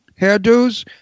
hairdos